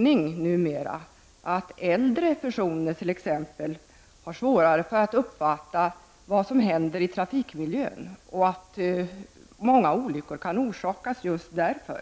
Vi vet numera genom forskning att t.ex. äldre personer har svårare att uppfatta vad som händer i trafikmiljön och att många olyckor kan orsakas just av detta.